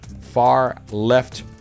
far-left